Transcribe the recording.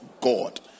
God